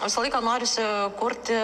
visą laiką norisi kurti